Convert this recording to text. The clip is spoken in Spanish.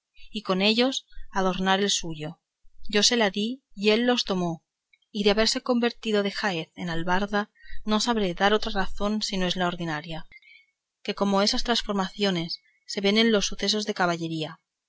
y con ellos adornar el suyo yo se la di y él los tomó y de haberse convertido de jaez en albarda no sabré dar otra razón si no es la ordinaria que como esas transformaciones se ven en los sucesos de la caballería